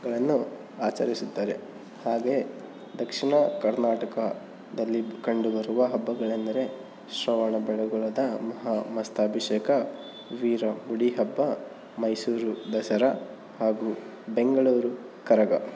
ಗಳನ್ನು ಆಚರಿಸುತ್ತಾರೆ ಹಾಗೆ ದಕ್ಷಿಣ ಕರ್ನಾಟಕದಲ್ಲಿ ಕಂಡುಬರುವ ಹಬ್ಬಗಳೆಂದರೆ ಶ್ರವಣಬೆಳಗೊಳದ ಮಹಾಮಸ್ತಕಾಭಿಷೇಕ ವೀರ ಗುಡಿ ಹಬ್ಬ ಮೈಸೂರು ದಸರ ಹಾಗು ಬೆಂಗಳೂರು ಕರಗ